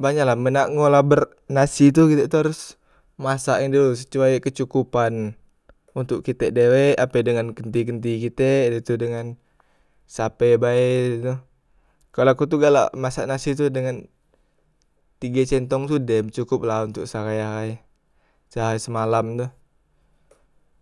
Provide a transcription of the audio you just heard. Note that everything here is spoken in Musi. banyak la men nak ngolah ber nasi tu kitek tu harus masak e dulu sesuai kecukupan, untok kite dewek ape dengan kenti- kenti kite de tu dengan sape bae e tu, kalo aku tu galak masak nasi tu dengan tige centong tu dem cokopla untok seahai- ahai, seahai semalam tu.